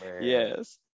yes